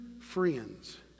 friends